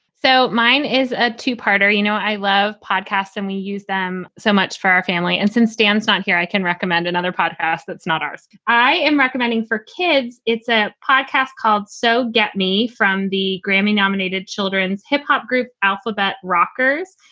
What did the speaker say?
so mine is a two parter. you know, i love podcasts and we use them so much for our family. and since stanson here, i can recommend another podcast that's not ours. i am recommending for kids. it's a podcast called so get me from the grammy nominated children's hip hop group, also about rockers.